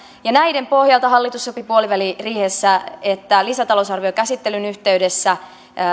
näiden pohjalta hallitus sopi puoliväliriihessä että lisätalousarviokäsittelyn yhteydessä